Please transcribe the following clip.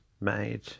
made